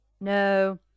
No